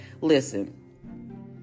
listen